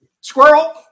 Squirrel